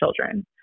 children